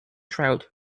trout